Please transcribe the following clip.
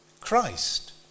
Christ